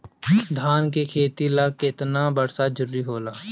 धान के खेती ला केतना बरसात जरूरी होला?